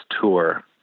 tour